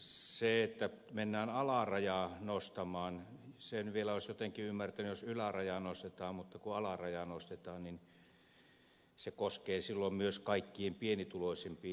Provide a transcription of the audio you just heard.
se että mennään alarajaa nostamaan sen vielä olisi jotenkin ymmärtänyt jos ylärajaa nostetaan mutta kun alarajaa mennään nostamaan niin se koskee silloin myös kaikkein pienituloisimpia ihmisiä